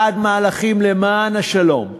בעד מהלכים למען השלום.